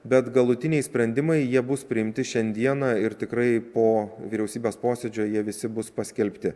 bet galutiniai sprendimai jie bus priimti šiandieną ir tikrai po vyriausybės posėdžio jie visi bus paskelbti